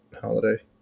holiday